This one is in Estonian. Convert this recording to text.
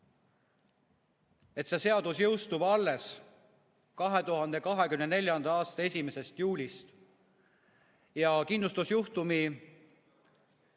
et see seadus jõustub alles 2024. aasta 1. juulist ja kindlustusjuhtumi